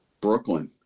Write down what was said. Brooklyn